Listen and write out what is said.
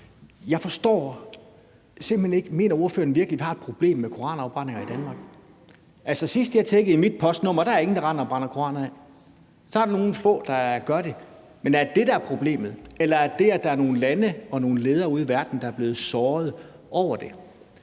ordføreren virkelig, at vi har et problem med koranafbrændinger i Danmark? Sidst jeg tjekkede i mit postnummer, var der ingen, der rendte og brændte koraner af. Så er der nogle få, der gør det. Men er det det, der er problemet? Eller er det det, at der er nogle lande og nogle ledere ude i verden, der er blevet sårede over det?